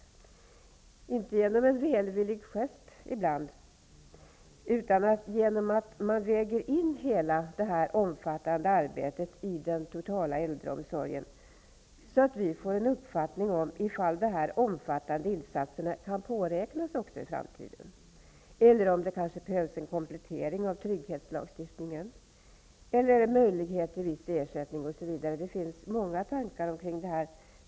Det skall inte göras genom en välvillig gest ibland, utan genom att man väger in hela detta omfattande arbete i den totala äldreomsorgen så att vi får en uppfattning om ifall dessa omfattande insatser kan påräknas också i framtiden. Det kanske behövs en komplettering av trygghetslagstiftningen eller möjlighet till viss ersättning osv. Det finns många tankar kring detta.